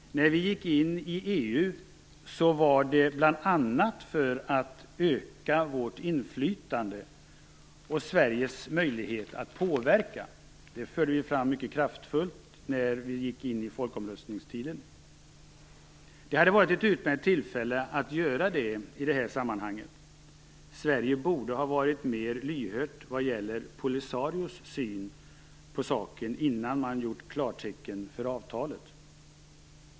När vi gick in i EU var det bl.a. för att öka vårt inflytande och vår möjlighet att påverka. Detta förde vi fram mycket kraftfullt när vi gick in i tiden för folkomröstning. Det hade varit att utmärkt tillfälle att utnyttja den möjligheten i detta sammanhang. Sverige borde ha varit mer lyhört vad gäller Polisarios syn i frågan innan man gav klartecken för avtalet.